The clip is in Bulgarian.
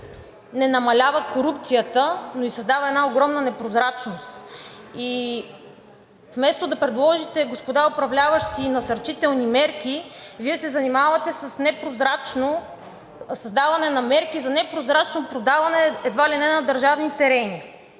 не намалява корупцията, но и създава една огромна непрозрачност. Вместо да предложите, господа управляващи, насърчителни мерки, Вие се занимавате със създаване на мерки за непрозрачно продаване едва ли не на държавни терени.